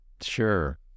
Sure